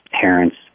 parents